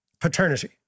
paternity